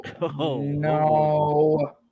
no